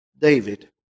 David